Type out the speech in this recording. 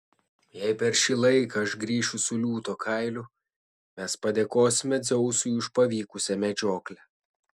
jei per šį laiką aš grįšiu su liūto kailiu mes padėkosime dzeusui už pavykusią medžioklę